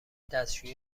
دستشویی